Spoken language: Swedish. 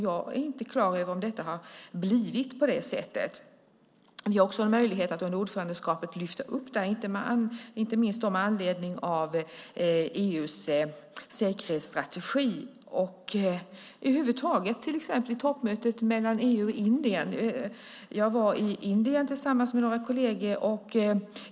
Jag är inte klar över om det har blivit på det sättet. Vi har också en möjlighet att under ordförandeskapet lyfta upp frågan. Det gäller inte minst med anledning av säkerhetsstrategin och över huvud taget vid till exempel toppmötet mellan EU och Indien. Jag var i Indien med några kolleger.